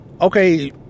okay